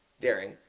daring